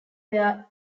where